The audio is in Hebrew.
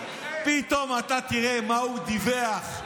פתאום אתה תראה מה הוא דיווח,